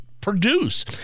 produce